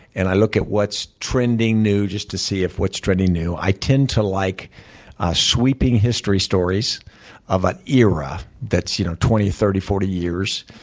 and i look at what's trending new, just to see what's trending new. i tend to like a sweeping history stories of an era that's you know twenty, thirty, forty years.